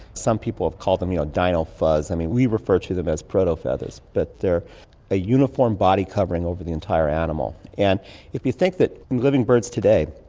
some people have called them you know dino-fuzz. and we refer to them as proto-feathers, but they're a uniform body covering over the entire animal. and if you think that living birds today,